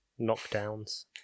knockdowns